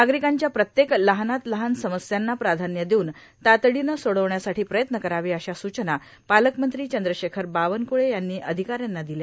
नागरिकांच्या प्रत्येक लहानात लहान समस्यांना प्राधान्य देऊन तातडीनं सोडवण्यासाठी प्रयत्न करावे अशा सूचना पालकमंत्री चंद्रशेखर बावनकुळे यांनी अधिकाऱ्यांना दिल्या